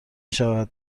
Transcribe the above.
شود